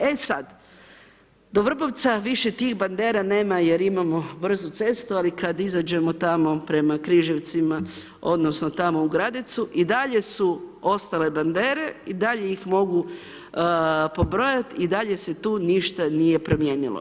E sad, do Vrbovca više tih bandera nema jer imamo brzu cestu ali kad izađemo tamo prema Križevcima odnosno tamo u Gradecu i dalje su ostale bandere i dalje ih mogu pobrojati i dalje se tu ništa nije promijenilo.